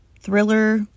thriller